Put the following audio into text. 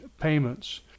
payments